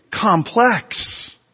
complex